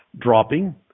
dropping